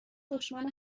دشمن